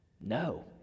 no